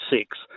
six